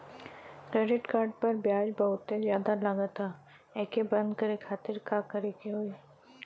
Credit card पर ब्याज बहुते ज्यादा लगत ह एके बंद करे खातिर का करे के होई?